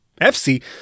FC